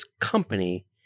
company